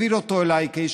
העביר אותו אליי כאיש